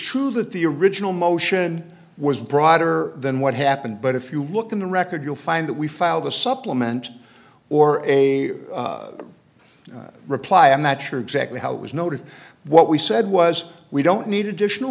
true that the original motion was broader than what happened but if you look in the record you'll find that we filed a supplement or a reply i'm not sure exactly how it was noted what we said was we don't need additional